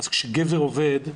כשגבר עובד,